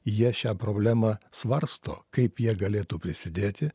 jie šią problemą svarsto kaip jie galėtų prisidėti